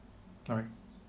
alright